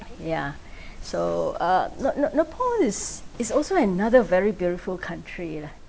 yeah so ugh ne~ ne~ nepal is is also another very beautiful country lah